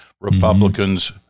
Republicans